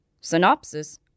Synopsis